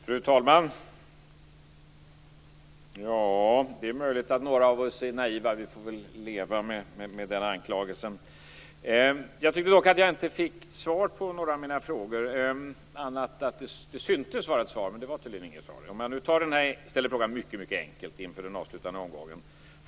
Fru talman! Det är möjligt att några av oss är naiva. Vi får väl leva med den anklagelsen. Jag tycker dock att jag inte fick svar på några av mina frågor, annat än att det syntes vara ett svar, men det var tydligen inget svar. Nu ställer jag frågan mycket enkelt inför den avslutande omgången.